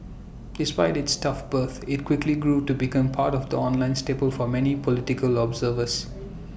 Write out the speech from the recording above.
despite its tough birth IT quickly grew to become part of the online staple for many political observers